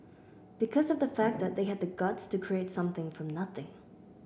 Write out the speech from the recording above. because of the fact that they had the guts to create something from nothing